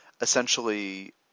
essentially